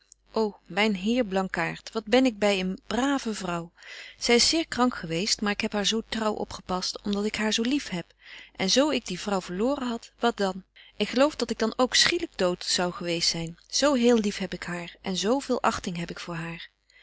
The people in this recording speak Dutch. ô myn heer blankaart wat ben ik by eene brave vrouw zy is zeer krank geweest maar ik heb haar zo trouw opgepast om dat ik haar zo lief heb en zo ik die vrouw verloren had wat dan ik geloof dat ik dan ook schielyk dood zou geweest zyn zo heel lief heb ik haar en zo veel achting heb ik voor haar